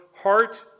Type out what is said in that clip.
heart